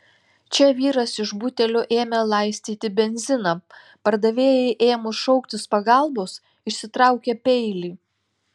čia vyras iš butelio ėmė laistyti benziną pardavėjai ėmus šauktis pagalbos išsitraukė peilį